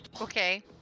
Okay